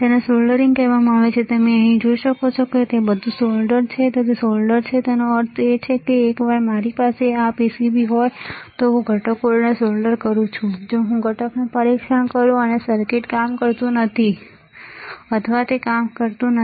તેને સોલ્ડરિંગ કહેવામાં આવે છે તમે અહીં જોઈ શકો છો કે તે બધું સોલ્ડર છે તે સોલ્ડર છેતેનો અર્થ એ છે કે એકવાર મારી પાસે આ PCB હોય તો હું ઘટકોને સોલ્ડર કરું છું જો હું ઘટકનું પરીક્ષણ કરું અને સર્કિટ કામ કરતું નથી અથવા તે કામ કરતું નથી